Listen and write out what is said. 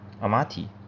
Amati